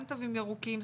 גם תווים ירוקים,